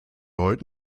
heute